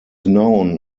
known